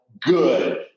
Good